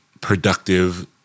productive